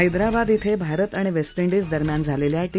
हैदराबाद क्रि भारत आणि वेस्ट डिज दरम्यान झालेल्या टी